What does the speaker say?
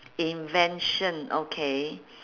invention okay